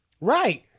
Right